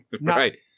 Right